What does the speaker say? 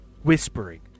Whispering